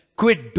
quit